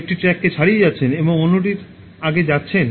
একটি ট্র্যাককে ছাড়িয়ে যাচ্ছেন এবং অন্যটির আগে যাচ্ছেন